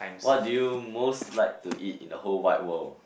what do you most like to eat in the whole wide world